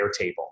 Airtable